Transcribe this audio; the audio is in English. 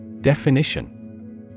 Definition